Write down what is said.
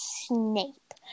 Snape